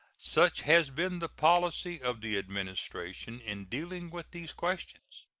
such has been the policy of the administration in dealing with these questions.